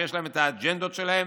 שיש להם את האג'נדות שלהם,